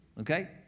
Okay